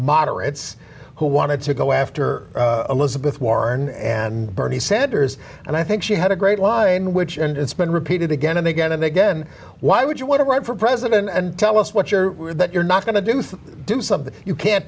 moderates who wanted to go after elizabeth warren and bernie sanders and i think she had a great line which and it's been repeated again and again and again why would you want to run for president and tell us what you're that you're not going to do is do something you can't